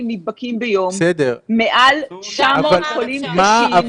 נדבקים ביום ושל מעל 900 חולים קשים -- בסדר,